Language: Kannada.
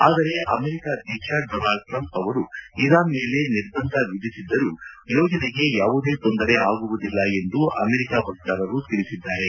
ಆದರೆ ಅಮೆರಿಕ ಅಧ್ಯಕ್ಷ ಡೊನಾಲ್ಡ್ ಟ್ರಂಪ್ ಅವರು ಇರಾನ್ ಮೇಲೆ ನಿರ್ಬಂಧ ವಿಧಿಸಿದ್ದರೂ ಯೋಜನೆಗೆ ಯಾವುದೇ ತೊಂದರೆ ಆಗುವುದಿಲ್ಲ ಎಂದು ಅಮೆರಿಕ ವಕ್ತಾರರು ತಿಳಿಸಿದ್ದಾರೆ